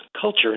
culture